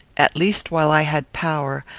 at least while i had power,